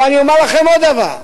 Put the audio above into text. אבל אני אומר לכם עוד דבר: